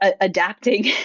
adapting